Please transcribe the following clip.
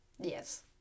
Yes